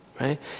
Right